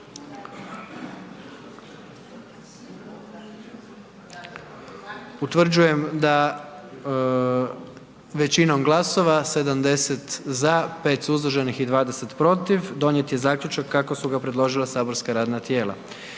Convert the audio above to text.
Utvrđujem da većinom glasova 77 za, 1 suzdržan i 32 protiv, da je donijet zaključak kako su ga predložila saborska radna tijela.